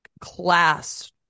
class